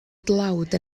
dlawd